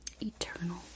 Eternal